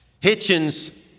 Hitchens